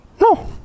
No